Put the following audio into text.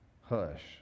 hush